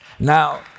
Now